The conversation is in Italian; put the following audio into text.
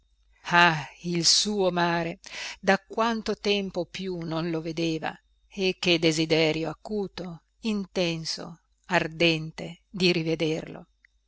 ah il suo mare da quanto tempo più non lo vedeva e che desiderio acuto intenso ardente di rivederlo